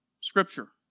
Scripture